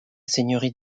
seigneurie